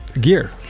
gear